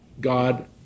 God